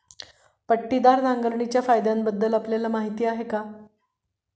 पट्टीदार नांगरणीच्या फायद्यांबद्दल आपल्याला माहिती आहे का?